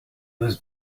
was